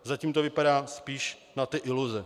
Zatím to vypadá spíš na ty iluze.